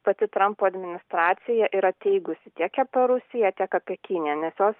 pati trampo administracija yra teigusi tiek apie rusiją tiek apie kiniją nes jos